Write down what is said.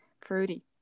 fruity